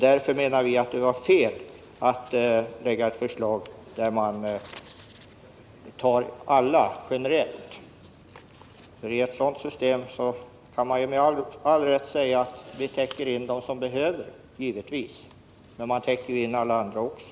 Därför menar vi att det var fel att lägga fram ett förslag som tar med alla, som gäller generellt. Man kan alltså med all rätt säga att vi i ett sådant system täcker in dem som behöver hjälp, men man täcker ju in alla andra också.